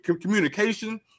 communication